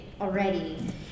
already